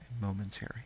momentary